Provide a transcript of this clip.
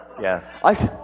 Yes